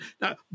Now